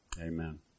amen